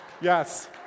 yes